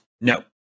No